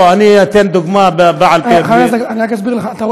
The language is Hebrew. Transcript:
אני אתן דוגמה בעל פה, בלי, אני אסביר לך, תסתכל.